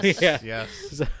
Yes